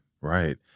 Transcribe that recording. right